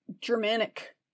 Germanic